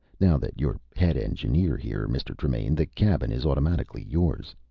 now that you're head engineer here, mr. tremaine, the cabin is automatically yours.